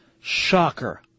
shocker